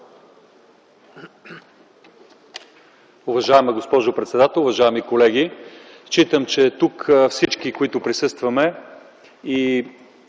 Уважаема госпожо председател, уважаеми колеги! Считам, че тук всички, които присъстваме, и